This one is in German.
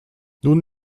nun